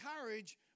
courage